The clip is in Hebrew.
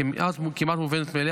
כמעט מובנת מאליה,